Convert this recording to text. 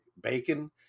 bacon